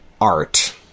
art